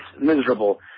miserable